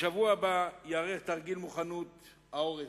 בשבוע הבא ייערך תרגיל מוכנות העורף.